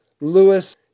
Lewis